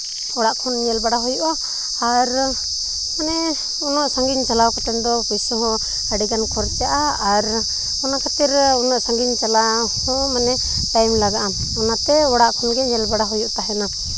ᱚᱲᱟᱜ ᱠᱷᱚᱱ ᱧᱮᱞ ᱵᱟᱲᱟ ᱦᱩᱭᱩᱜᱼᱟ ᱟᱨ ᱢᱟᱱᱮ ᱩᱱᱟᱹᱜ ᱥᱟᱺᱜᱤᱧ ᱪᱟᱞᱟᱣ ᱠᱟᱛᱮ ᱫᱚ ᱯᱩᱭᱥᱟᱹ ᱦᱚᱸ ᱟᱹᱰᱤᱜᱟᱱ ᱠᱷᱚᱨᱪᱟᱜᱼᱟ ᱟᱨ ᱚᱱᱟ ᱠᱷᱟᱹᱛᱤᱨ ᱩᱱᱟᱹᱜ ᱥᱟᱺᱜᱤᱧ ᱪᱟᱞᱟᱜ ᱦᱚᱸ ᱢᱟᱱᱮ ᱴᱟᱭᱤᱢ ᱞᱟᱜᱟᱜᱼᱟ ᱚᱱᱟᱛᱮ ᱚᱲᱟᱜ ᱠᱷᱚᱱᱜᱮ ᱧᱮᱞ ᱵᱟᱲᱟ ᱦᱩᱭᱩᱜ ᱛᱟᱦᱮᱱᱟ